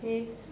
okay